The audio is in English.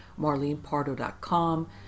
marlenepardo.com